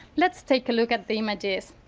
let's take a look at the images.